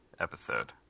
episode